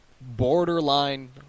borderline